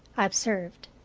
i observed.